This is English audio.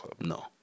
No